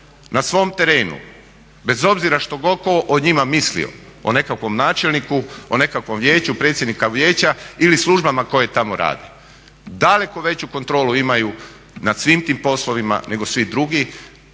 na svom terenu bez obzira što god tko o njima mislio, o nekakvom načelniku, o nekakvom vijeću, predsjednika vijeća ili službama koje tamo rade. Daleko veću kontrolu imaju nad svim tim poslovima nego svi drugi,